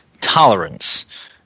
tolerance –